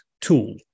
tool